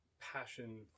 passion